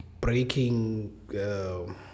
Breaking